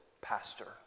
pastor